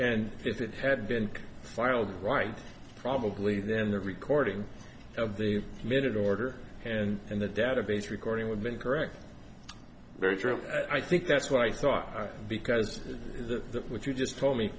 and if it had been filed right probably then the recording of the minute order and the database recording would been correct very true i think that's what i thought because the what you just told me